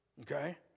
okay